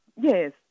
Yes